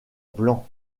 blanc